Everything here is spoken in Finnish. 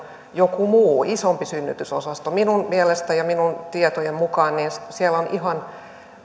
joku muu isompi synnytysosasto minun mielestäni ja minun tietojeni mukaan siellä on ihan